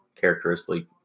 characteristically